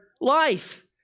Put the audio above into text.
life